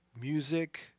music